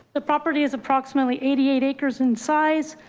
the property is approximately eighty eight acres in size.